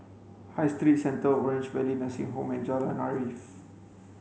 High Street Centre Orange Valley Nursing Home and Jalan Arif